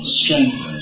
strength